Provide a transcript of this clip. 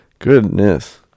Goodness